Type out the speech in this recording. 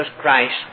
Christ